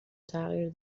تغییر